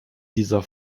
dieser